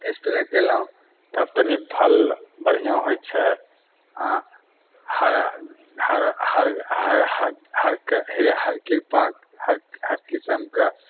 तऽ स्प्रे कयलहुँ तब तनी फल बढ़िआँ होइ छै हँ हर हर ह हर हर क हर हर कृपा कऽ हर किसम कऽ